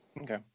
Okay